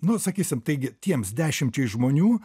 nu sakysim taigi tiems dešimčiai žmonių